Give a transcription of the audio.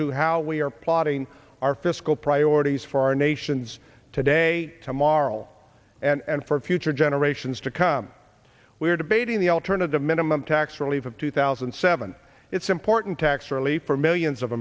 to how we are plotting our fiscal priorities for our nations today tomorrow and for future generations to come we're debating the alternative minimum tax relief of two thousand and seven it's important to tax relief for millions of